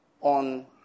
on